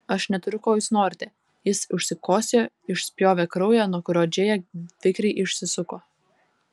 aš neturiu ko jūs norite jis užsikosėjo išspjovė kraują nuo kurio džėja vikriai išsisuko